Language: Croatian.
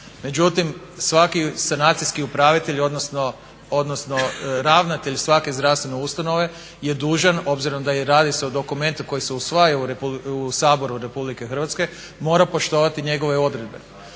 Međutim, svaki sanacijski upravitelj odnosno ravnatelj svake zdravstvene ustanove je dužan, obzirom da radi se o dokumentu koji se usvaja u Saboru RH, mora poštovati njegove odredbe.